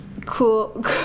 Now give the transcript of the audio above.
cool